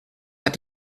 hat